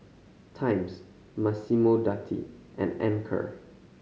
Times Massimo Dutti and Anchor